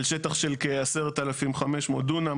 על שטח של כ-10,500 דונם.